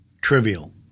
trivial